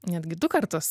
netgi du kartus